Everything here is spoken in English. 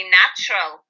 natural